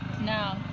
No